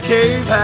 Cave